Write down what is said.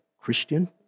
Christian